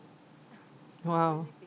!wow!